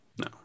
No